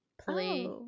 play